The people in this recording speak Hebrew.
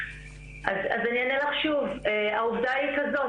אז אני אענה לך שוב, העובדה היא כזאת.